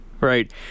Right